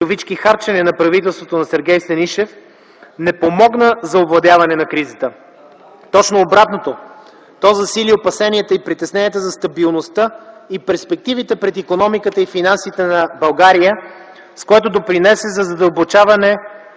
харчене на правителството на Сергей Станишев не помогна за овладяване на кризата. Точно обратното, то засили опасенията и притесненията за стабилността и перспективите пред икономиката и финансите на България, с което допринесе за задълбочаване